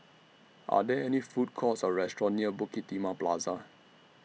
Are There any Food Courts Or restaurants near Bukit Timah Plaza